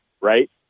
right